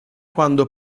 quando